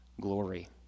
glory